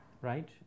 right